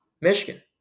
Michigan